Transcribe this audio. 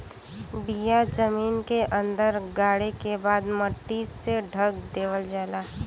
बिया जमीन के अंदर गाड़े के बाद मट्टी से ढक देवल जाला